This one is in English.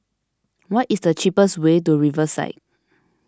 what is the cheapest way to Riverside